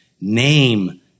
name